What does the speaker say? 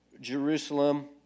Jerusalem